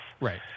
Right